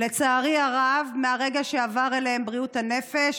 לצערי הרב, מהרגע שעברה אליהם בריאות הנפש,